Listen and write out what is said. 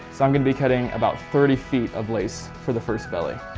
so i'm going to be cutting about thirty feet of lace for the first belly.